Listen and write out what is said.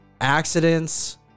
accidents